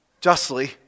justly